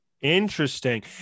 Interesting